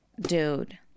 Dude